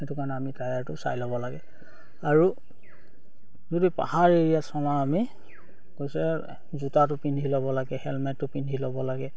সেইটো কাৰণে আমি টায়াৰটো চাই ল'ব লাগে আৰু যদি পাহাৰ এৰিয়াত চলাওঁ আমি কৈছে জোতাটো পিন্ধি ল'ব লাগে হেলমেটটো পিন্ধি ল'ব লাগে